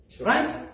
Right